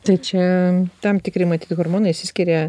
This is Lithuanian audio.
tai čia tam tikri matyt hormonai išsiskiria